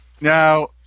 Now